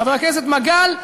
חבר הכנסת מגל,